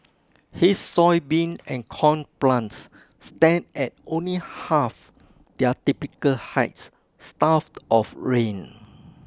his soybean and corn plants stand at only half their typical height starved of rain